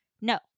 no